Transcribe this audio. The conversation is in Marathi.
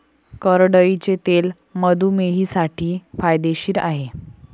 करडईचे तेल मधुमेहींसाठी फायदेशीर आहे